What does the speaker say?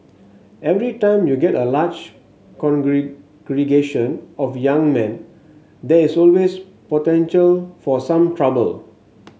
every time you get a large of young men there is always potential for some trouble